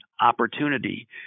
opportunity